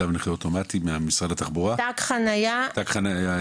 ככה נכנסנו למקום שמחליף עבודה של מערכת הבריאות הציבורית בישראל.